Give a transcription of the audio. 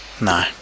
no